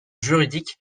juridique